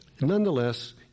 Nonetheless